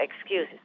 excuses